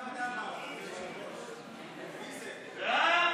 ההצעה להעביר את הצעת חוק ההוצאה לפועל (תיקון,